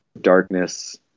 darkness